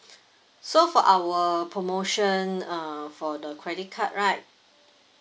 so for our promotion uh for the credit card right